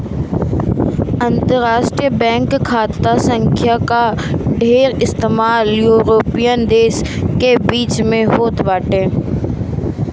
अंतरराष्ट्रीय बैंक खाता संख्या कअ ढेर इस्तेमाल यूरोपीय देस के बीच में होत बाटे